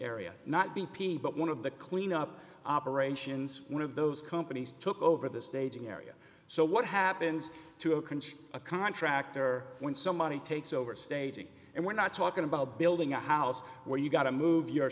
area not b p but one of the cleanup operations one of those companies took over the staging area so what happens to a contract a contractor when somebody takes over staging and we're not talking about building a house where you've got to move your